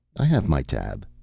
i have my tab.